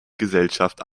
gesellschaft